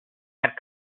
had